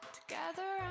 together